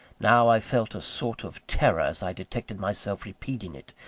now i felt a sort of terror as i detected myself repeating it,